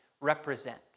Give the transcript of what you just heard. represent